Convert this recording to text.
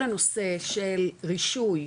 כל הנושא של רישוי,